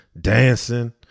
dancing